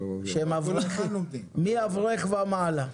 מאברך ומעלה.